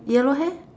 yellow hair